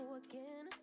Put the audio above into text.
again